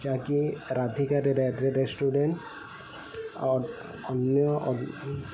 ଯାହାକି ରାଧିକାରେ ରେଷ୍ଟୁରେଣ୍ଟ୍ ଓ ଅନ୍ୟ